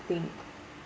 think